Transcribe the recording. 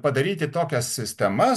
padaryti tokias sistemas